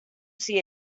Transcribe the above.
see